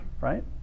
right